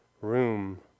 room